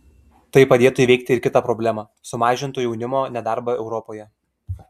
tai padėtų įveikti ir kitą problemą sumažintų jaunimo nedarbą europoje